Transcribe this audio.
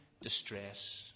distress